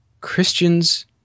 Christians